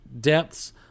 depths